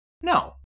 No